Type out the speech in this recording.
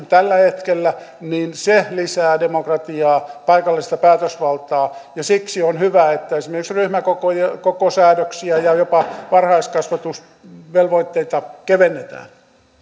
tällä hetkellä niin se lisää demokratiaa paikallista päätösvaltaa ja siksi on hyvä että esimerkiksi ryhmäkokosäädöksiä ja jopa varhaiskasvatusvelvoitteita kevennetään